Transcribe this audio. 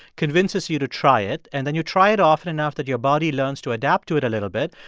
convinces you to try it. and then you try it often enough that your body learns to adapt to it a little bit.